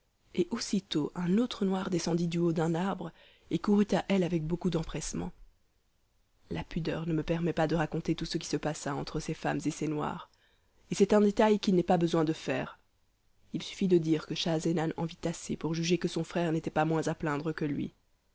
et aussitôt un autre noir descendit du haut d'un arbre et courut à elle avec beaucoup d'empressement la pudeur ne me permet pas de raconter tout ce qui se passa entre ces femmes et ces noirs et c'est un détail qu'il n'est pas besoin de faire il suffit de dire que schahzenan en vit assez pour juger que son frère n'était pas moins à plaindre que lui